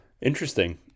Interesting